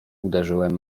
uderzyłem